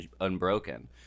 unbroken